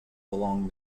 along